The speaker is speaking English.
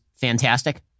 fantastic